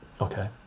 okay